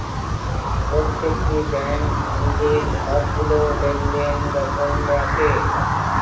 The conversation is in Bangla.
প্রত্যেকটি ব্যাঙ্ক নিজের সবগুলো লেনদেন গোপন রাখে